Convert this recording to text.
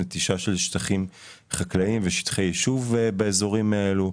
נטישה של שטחים חקלאים ושטחי יישוב באזורים האלה,